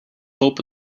hope